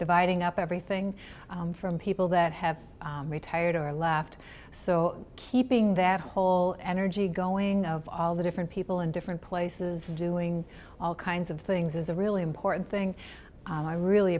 dividing up everything from people that have retired or left so keeping that whole energy going of all the different people in different places doing all kinds of things is a really important thing i really